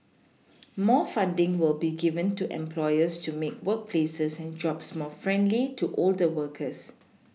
more funding will be given to employers to make workplaces and jobs more friendly to older workers